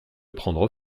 prendre